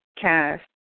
cast